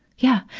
yeah.